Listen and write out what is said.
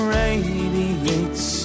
radiates